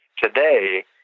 Today